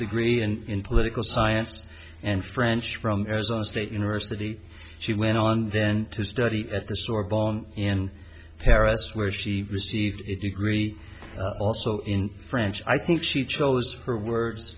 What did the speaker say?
degree in political science and french from arizona state university she went on then to study at the sorbonne in paris where she received it you agree also in french i think she chose her words